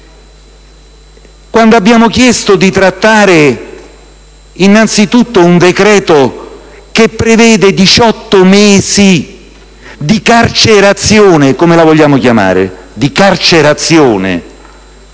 perché? Abbiamo chiesto di trattare innanzi tutto un decreto che prevede 18 mesi di carcerazione - come la vogliamo chiamare? - per chi non